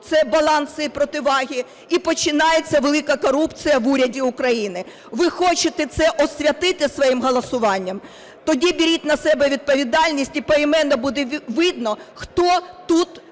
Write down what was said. це баланси і противаги, і починається велика корупція в уряді України. Ви хочете це освятити своїм голосуванням? Тоді беріть на себе відповідальність і поіменно буде видно, хто тут